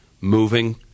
moving